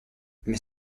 mais